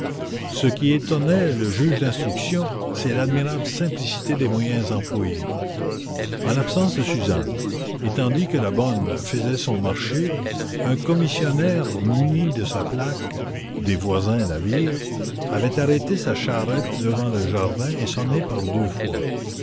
ce qui étonna le juge d'instruction c'est l'admirable simplicité des moyens employés en l'absence de suzanne et tandis que la bonne faisait son marché un commissionnaire muni de sa plaque des voisins la virent avait arrêté sa charrette devant le jardin qui précède la maison et sonné par deux fois